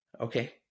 Okay